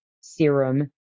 serum